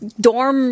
dorm